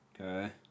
Okay